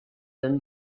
them